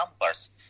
numbers